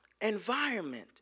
environment